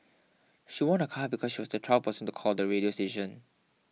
she won a car because she was the twelfth person to call the radio station